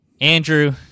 Andrew